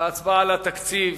בהצבעה על התקציב